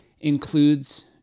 includes